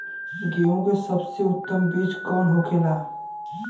गेहूँ की सबसे उत्तम बीज कौन होखेला?